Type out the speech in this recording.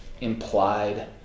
implied